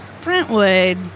Brentwood